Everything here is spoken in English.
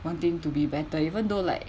wanting to be better even though like